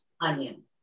onion